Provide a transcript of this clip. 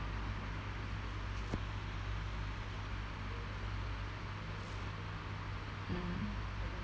mm